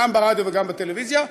גם ברדיו וגם בטלוויזיה.